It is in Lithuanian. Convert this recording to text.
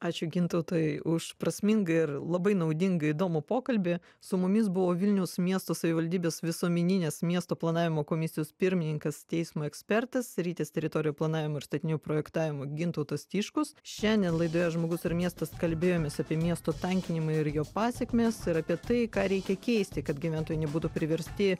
ačiū gintautui už prasmingą ir labai naudingą įdomų pokalbį su mumis buvo vilniaus miesto savivaldybės visuomeninės miesto planavimo komisijos pirmininkas teismo ekspertas sritys teritorijų planavimo ir statinių projektavimo gintautas tiškus šiandien laidoje žmogus ir miestas kalbėjomės apie miesto tankinimą ir jo pasekmes ir apie tai ką reikia keisti kad gyventojai nebūtų priversti